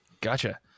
Gotcha